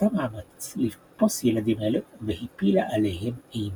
עשתה מאמץ לתפוס ילדים אלה והפילה עליהם אימה.